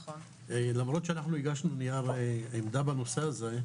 למרות שאנחנו הגשנו נייר עמדה בנושא הזה,